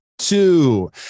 Two